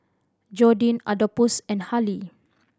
Jordin Adolphus and Harlie